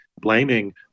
blaming